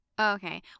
Okay